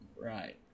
Right